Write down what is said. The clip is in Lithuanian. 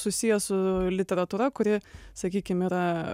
susiję su literatūra kuri sakykim yra